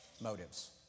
motives